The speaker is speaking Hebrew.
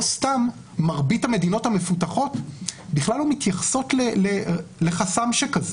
לא סתם מרבית המדינות המפותחות בכלל לא מתייחסות לחסם שכזה,